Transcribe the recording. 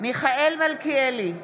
מיכאל מלכיאלי,